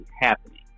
happening